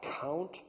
count